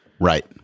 Right